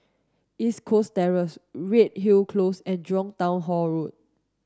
East Coast Terrace Redhill Close and Jurong Town Hall Road